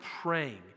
praying